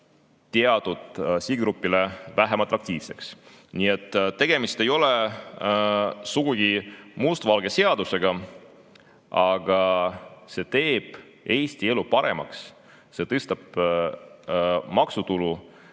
teatud grupile vähem atraktiivseks. Nii et tegemist ei ole sugugi mustvalge seadusega. Aga see teeb Eesti elu paremaks, see tõstab maksutulu.